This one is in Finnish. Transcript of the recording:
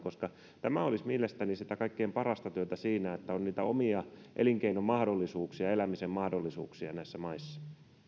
tämä olisi mielestäni sitä kaikkein parasta työtä siinä että on niitä omia elinkeinomahdollisuuksia ja elämisen mahdollisuuksia näissä maissa